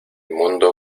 mundo